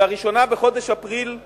לראשונה לממשלה בחודש אפריל 2009,